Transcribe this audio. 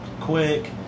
quick